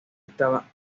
estaba